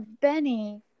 Benny